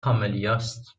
کاملیاست